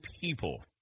people